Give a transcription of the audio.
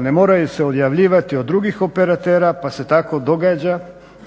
ne moraju se odjavljivati od drugih operatera pa se tako događa